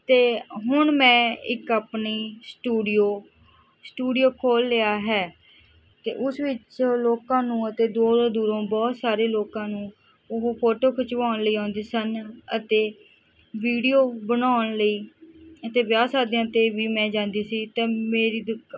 ਅਤੇ ਹੁਣ ਮੈਂ ਇੱਕ ਆਪਣਾ ਸਟੂਡੀਓ ਸਟੂਡੀਓ ਖੋਲ੍ਹ ਲਿਆ ਹੈ ਅਤੇ ਉਸ ਵਿੱਚ ਲੋਕਾਂ ਨੂੰ ਅਤੇ ਦੂਰੋਂ ਦੂਰੋਂ ਬਹੁਤ ਸਾਰੇ ਲੋਕਾਂ ਨੂੰ ਉਹ ਫੋਟੋ ਖਿਚਵਾਉਣ ਲਈ ਆਉਂਦੇ ਸਨ ਅਤੇ ਵੀਡੀਓ ਬਣਾਉਣ ਲਈ ਅਤੇ ਵਿਆਹ ਸ਼ਾਦੀਆਂ 'ਤੇ ਵੀ ਮੈਂ ਜਾਂਦੀ ਸੀ ਤਾਂ ਮੇਰੀ ਦਿਕ